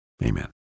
Amen